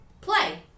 play